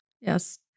yes